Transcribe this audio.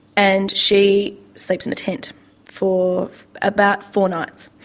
and she sleeps in a tent for about four nights.